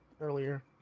earlier